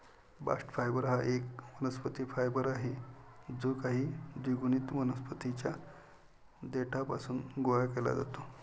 bast fibre हा एक वनस्पती फायबर आहे जो काही द्विगुणित वनस्पतीं च्या देठापासून गोळा केला जातो